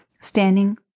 standing